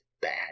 bad